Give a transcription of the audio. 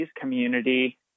community